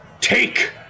Take